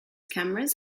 cameras